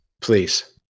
Please